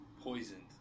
poisoned